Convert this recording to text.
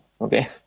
Okay